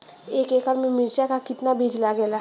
एक एकड़ में मिर्चा का कितना बीज लागेला?